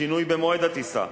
שינוי במועד הטיסה,